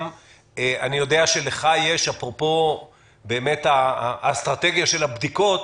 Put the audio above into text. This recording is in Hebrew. בנוסף אני יודע שלך, אפרופו האסטרטגיה של הבדיקות,